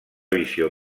visió